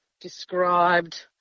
described